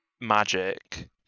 magic